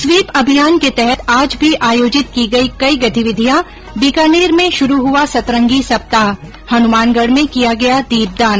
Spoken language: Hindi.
स्वीप अभियान के तहत आज भी आयोजित की गई कई गतिविधियां बीकानेर में शुरू हुआ सतरंगी सप्ताह हनुमानगढ़ में किया गया दीपदान